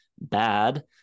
bad